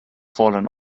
fallen